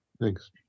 Thanks